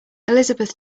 elizabeth